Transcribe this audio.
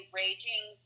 raging